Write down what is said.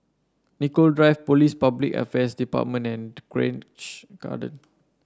Nicoll Drive Police Public Affairs Department and Grange Garden